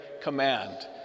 command